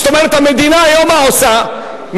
זאת אומרת, מה המדינה עושה היום?